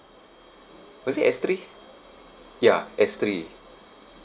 was it S three ya S three